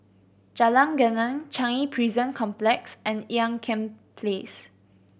Jalan Geneng Changi Prison Complex and Ean Kiam Place